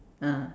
ah